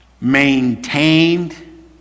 maintained